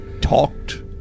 Talked